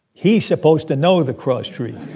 he's supposed to know the cross street.